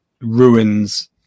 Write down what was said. ruins